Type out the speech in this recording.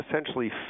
essentially